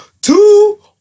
Two